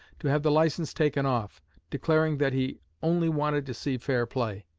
to have the license taken off declaring that he only wanted to see fair play,